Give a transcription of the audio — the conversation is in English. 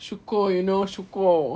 syukur you know syukur